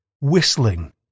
whistling